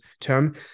term